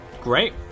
great